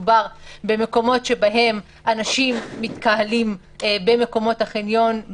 מדובר במקומות שבהם אנשים מתקהלים במקומות החניון,